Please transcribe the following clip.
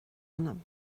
anam